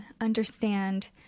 understand